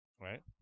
Right